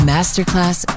Masterclass